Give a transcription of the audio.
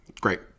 Great